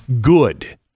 good